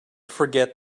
forget